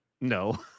No